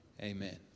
amen